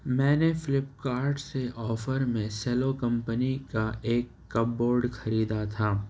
میں نے Flipkart سے آفر میں سیلو کمپنی کا ایک کپ بورڈ خریدا تھا